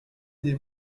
des